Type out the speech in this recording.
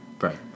Right